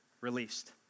released